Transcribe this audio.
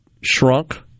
shrunk